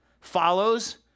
follows